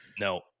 No